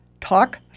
Talk